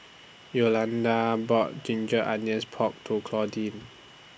Yolanda bought Ginger Onions Pork to Claudine